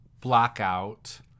blackout